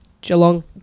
Geelong